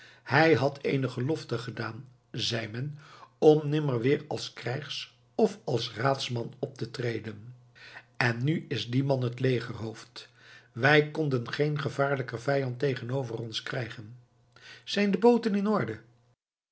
hij had eene gelofte gedaan zeî men om nimmer weer als krijgs of als raadsman op te treden en nu is die man het legerhoofd wij konden geen gevaarlijker vijand tegenover ons krijgen zijn de booten in orde